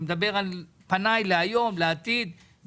על העתיד.